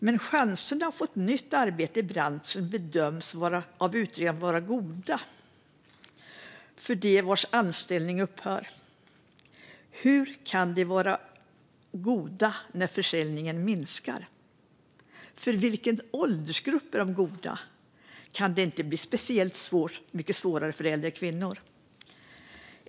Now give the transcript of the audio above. Men chanserna att få ett nytt arbete i branschen bedöms av utredningen vara goda för dem vars anställning upphör. Hur kan chanserna vara goda när försäljningen minskar? För vilken åldersgrupp är de goda? Kan det inte bli mycket svårare speciellt för äldre kvinnor?